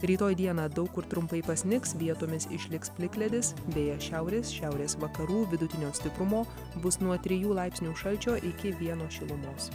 rytoj dieną daug kur trumpai pasnigs vietomis išliks plikledis vėjas šiaurės šiaurės vakarų vidutinio stiprumo bus nuo trijų laipsnių šalčio iki vieno šilumos